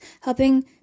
helping